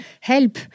help